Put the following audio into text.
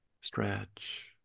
stretch